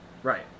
Right